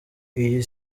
iyi